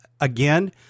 again